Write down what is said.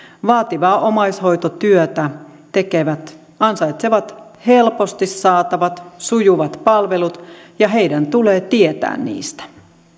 vaativaa omaishoitotyötä tekevät ansaitsevat helposti saatavat sujuvat palvelut ja heidän tulee tietää niistä